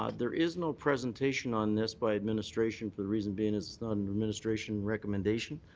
ah there is no presentation on this by administration for the reason being it's not an administration recommendation.